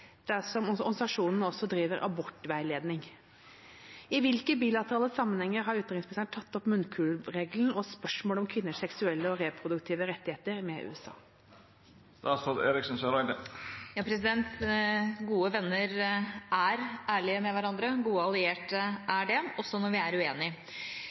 dersom organisasjonene også driver abortveiledning. I hvilke bilaterale sammenhenger har utenriksministeren tatt opp ‘munnkurvregelen’ og spørsmålet om kvinners seksuelle og reproduktive rettigheter med USA?» Gode venner er ærlige med hverandre – gode allierte er